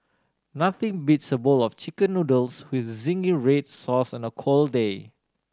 nothing beats a bowl of Chicken Noodles with zingy red sauce on a cold day